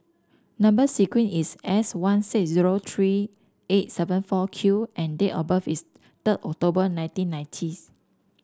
number sequence is S one six zero three eight seven four Q and date of birth is third October nineteen ninety